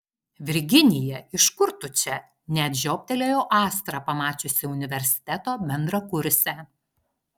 virginija iš kur tu čia net žioptelėjo astra pamačiusi universiteto bendrakursę